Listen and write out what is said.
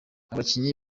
abakinnyi